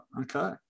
Okay